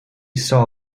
saw